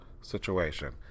situation